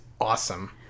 awesome